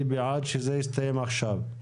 היא בעד שזה יסתיים עכשיו.